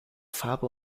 farbe